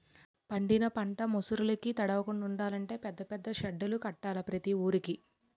పండిన పంట ముసుర్లుకి తడవకుండలంటే పెద్ద పెద్ద సెడ్డులు కట్టాల ప్రతి వూరికి